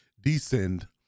descend